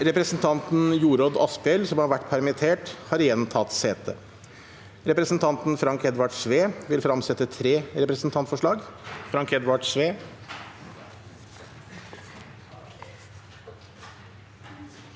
Representanten Jorodd Asphjell, som har vært permittert, har igjen tatt sete. Representanten Frank Edvard Sve vil fremsette tre representantforslag.